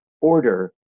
order